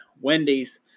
Wendy's